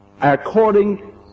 according